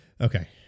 okay